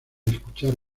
escuchar